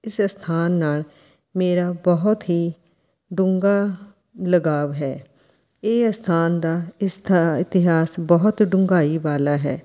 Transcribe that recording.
ਕਿਸੇ ਅਸਥਾਨ ਨਾਲ਼ ਮੇਰਾ ਬਹੁਤ ਹੀ ਡੂੰਘਾ ਲਗਾਵ ਹੈ ਇਹ ਅਸਥਾਨ ਦਾ ਇਸਥ ਇਤਿਹਾਸ ਬਹੁਤ ਡੂੰਘਾਈ ਵਾਲਾ ਹੈ